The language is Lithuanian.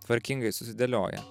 tvarkingai susidėlioja